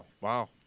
wow